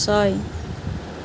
ছয়